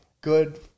good